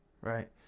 right